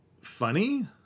funny